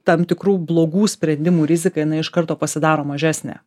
tam tikrų blogų sprendimų rizika jinai iš karto pasidaro mažesnė